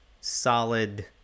solid